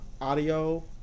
audio